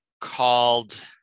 called